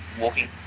walking